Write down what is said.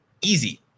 easy